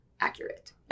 accurate